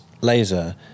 laser